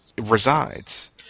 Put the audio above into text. resides